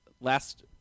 last